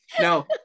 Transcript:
No